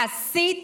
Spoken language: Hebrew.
להסיט